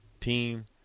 Team